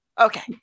Okay